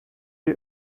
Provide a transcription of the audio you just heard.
die